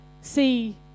see